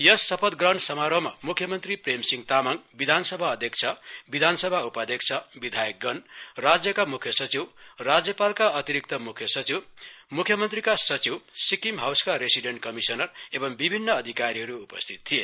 यस शपथ ग्रहण समारोहमा मुख्यमन्त्री प्रेम सिंह तामाङ विधानसभा अध्यक्ष विधानसभा उपाध्यक्ष विधायकगण राज्यका मुख्यसचिव राज्यपालका अतिरिक्त मुख्य सचिव मुख्यमन्त्रीका सचिव सिक्किम हाउसका रेसिडेन्ड कमिश्नर एवं विभिन्न अधिकारीहरू उपस्थित थिए